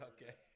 Okay